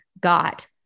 got